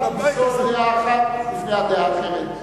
דעה אחת לפני הדעה האחרת,